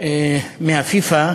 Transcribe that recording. מפיפ"א